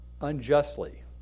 unjustly